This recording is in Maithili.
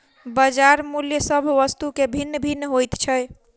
बजार मूल्य सभ वस्तु के भिन्न भिन्न होइत छै